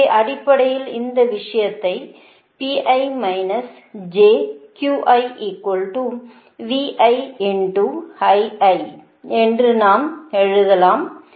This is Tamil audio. எனவே அடிப்படையில் இந்த விஷயத்தை என்று நாம் எழுதலாம்